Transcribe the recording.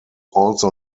also